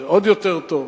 זה עוד יותר טוב.